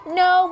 no